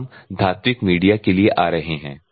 अब हम धात्विक मीडिया के लिए आ रहे हैं